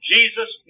Jesus